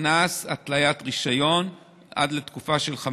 לציין שכספי הארנונה לא הולכים בכלל לתושבי ביר